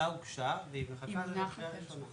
ההצעה הוגשה והיא מחכה לקריאה ראשונה.